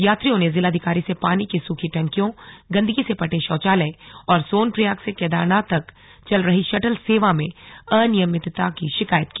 यात्रियों ने जिलाधिकारी से पानी की सूखी टंकियों गंदगी से पटे शौचालय और सोनप्रयाग से केदारनाथ तक चल रही शटल सेवा में अनियमितता की शिकायत की